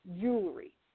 jewelry